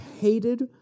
hated